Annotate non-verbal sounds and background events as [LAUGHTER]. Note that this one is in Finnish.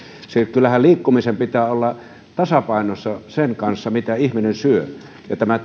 kyllähän liikkumisen pitää olla tasapainossa sen kanssa mitä ihminen syö ja tämä [UNINTELLIGIBLE]